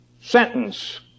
sentence